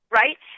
right